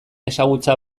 ezagutza